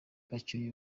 bacyuye